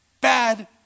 bad